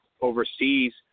overseas